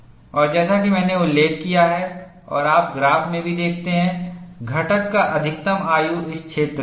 और जैसा कि मैंने उल्लेख किया है और आप ग्राफ में भी देखते हैं घटक का अधिकतम आयु इस क्षेत्र में है